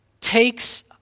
takes